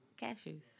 Cashews